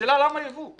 השאלה למה צריך ייבוא?